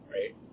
right